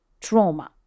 trauma